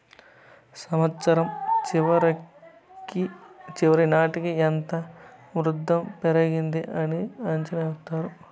సంవచ్చరం చివరి నాటికి ఎంత వృద్ధి పెరిగింది అని అంచనా ఎత్తారు